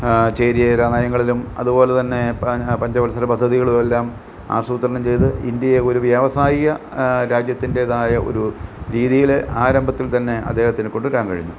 ചേരിചേരാ നയങ്ങളിലും അതുപോലെ തന്നെ പഞ്ചവത്സര പദ്ധതികളുമെല്ലാം ആസൂത്രണം ചെയ്തു ഇന്ത്യയെ ഒരു വ്യാവസായിക രാജ്യത്തിൻ്റേതായ ഒരു രീതിയിൽ ആരംഭത്തിൽ തന്നെ അദ്ദേഹത്തിന് കൊടുക്കാൻ കഴിഞ്ഞു